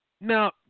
Now